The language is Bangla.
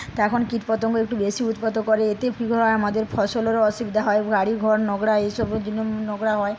তখন কীটপতঙ্গ একটু বেশি উৎপাতও করে এতে কি হয় আমাদের ফসলেরও অসুবিধে হয় বাড়িঘর নোংরা এইসবের জন্য নোংরা হয়